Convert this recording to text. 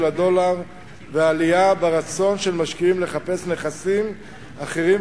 הדולר ולעלייה ברצון של משקיעים לחפש נכסים אחרים,